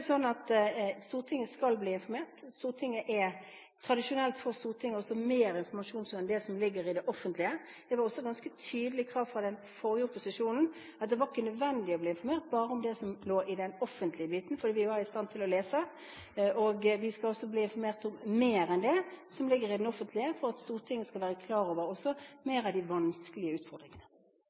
er tradisjonelt slik at Stortinget får mer informasjon enn det som legges ut til det offentlige. Det var et ganske tydelig krav fra den forrige opposisjonen at det ikke var nødvendig å bli informert bare om det som lå i den offentlige biten, for vi var i stand til å lese. Stortinget skal bli informert om mer enn det som legges ut til det offentlige, for Stortinget skal også være klar over flere av de vanskelige utfordringene.